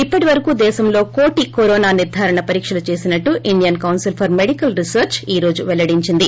ఇప్పటి వరకు దేశంలో కోటి కరోనా నిర్దారణ పరీకలు చేసినట్లు Indian council for medical research ICMR ఈ రోజు పెల్లడించింది